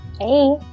Hey